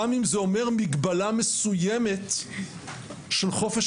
גם אם זה אומר מגבלה מסוימת של חופש